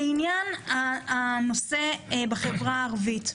לעניין הנושא בחברה הערבית,